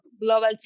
global